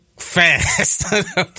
Fast